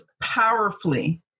powerfully